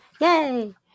yay